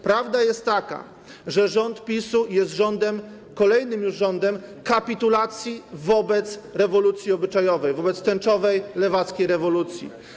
Prawda jest taka, że rząd PiS jest kolejnym już rządem kapitulacji wobec rewolucji obyczajowej, wobec tęczowej, lewackiej rewolucji.